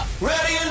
Ready